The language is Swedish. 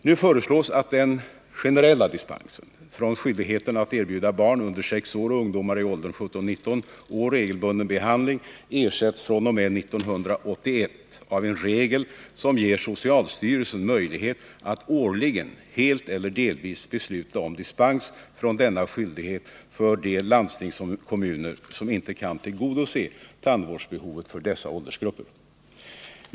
Nu föreslås att den generella dispensen från skyldigheten att erbjuda barn under 6 år och ungdomar i åldern 17-19 år regelbunden behandling ersätts fr.o.m. 1981 av en regel som ger socialstyrelsen möjlighet att årligen helt eller delvis besluta om dispens från denna skyldighet för de landstingskommuner som inte kan tillgodose tandvårdsbehovet för dessa åldersgrupper.